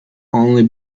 only